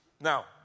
Now